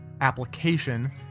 application